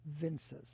Vince's